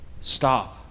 Stop